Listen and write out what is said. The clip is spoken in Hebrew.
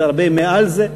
הוא הרבה מעל זה.